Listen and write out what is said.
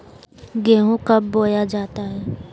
गेंहू कब बोया जाता हैं?